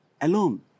alone